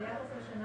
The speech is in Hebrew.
ביחס לכל שנה